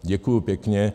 Děkuji pěkně.